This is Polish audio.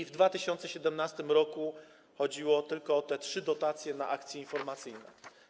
W 2017 r. chodziło tylko o te trzy dotacje na akcje informacyjne.